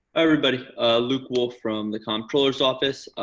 everybody luke wolf from the comptroller's office.